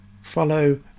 follow